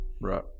Right